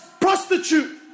prostitute